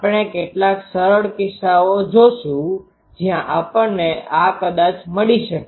આપણે કેટલાક સરળ કિસ્સાઓ જોશું જ્યાં આપણને આ કદાચ મળી શકે